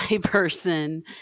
person